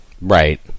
Right